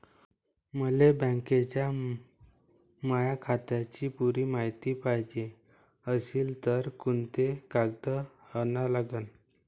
मले बँकेच्या माया खात्याची पुरी मायती पायजे अशील तर कुंते कागद अन लागन?